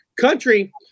Country